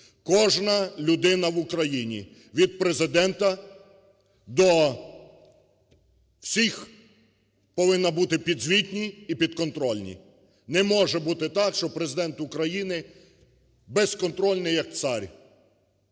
Кожна людина в Україні, від Президента до всіх, повинна бути підзвітна і підконтрольна. Не може бути так, щоб Президент України - безконтрольний як цар.